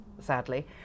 sadly